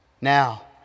Now